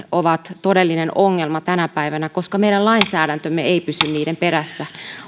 ovat todellinen ongelma tänä päivänä koska meidän lainsäädäntömme ei pysy niiden perässä